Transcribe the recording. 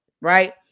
right